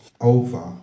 over